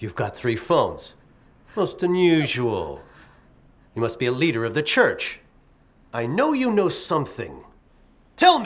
you've got three falls most unusual you must be a leader of the church i know you know something t